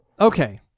Okay